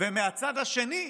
מהצד השני,